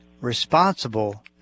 responsible